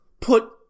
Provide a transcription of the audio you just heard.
Put